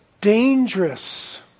dangerous